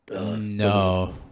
No